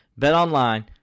BetOnline